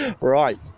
right